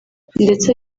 ndetse